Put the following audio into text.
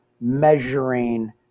measuring